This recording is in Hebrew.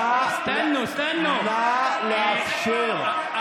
נא לאפשר,